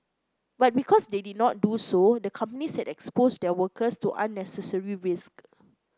but because they did not do so the companies had exposed their workers to unnecessary risk